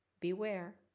Beware